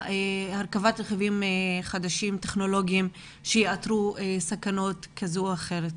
הרכבת רכיבים טכנולוגים חדשים שיאתרו סכנה כזו או אחרת?